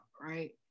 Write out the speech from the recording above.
right